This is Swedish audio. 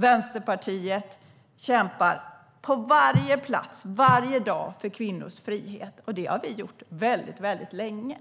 Vänsterpartiet kämpar på varje plats och varje dag för kvinnors frihet, och det har vi gjort väldigt länge.